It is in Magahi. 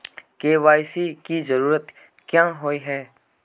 के.वाई.सी की जरूरत क्याँ होय है?